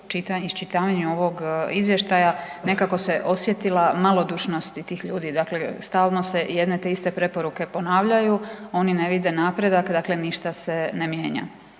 iščitavanju ovog izvještaja nekako se osjetila malodušnost tih ljudi, dakle stalo se jedne te iste preporuke ponavljaju, oni ne vide napredak dakle ništa se ne mijenja.